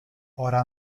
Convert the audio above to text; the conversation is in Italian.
ora